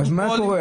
מה היה קורה?